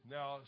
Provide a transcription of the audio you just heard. Now